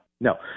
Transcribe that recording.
No